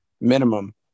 Minimum